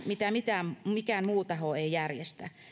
mitä mikään muu taho ei järjestä